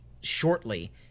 shortly